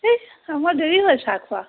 is আমাৰ দেৰি হয় চাহ খোৱা